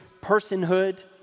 personhood